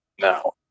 No